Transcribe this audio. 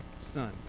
son